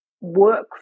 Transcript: work